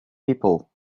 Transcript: people